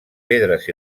pedres